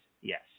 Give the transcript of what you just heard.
yes